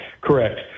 Correct